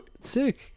Sick